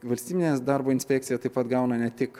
valstybinės darbo inspekcija taip pat gauna ne tik